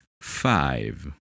Five